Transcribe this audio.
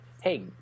hey